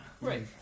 Right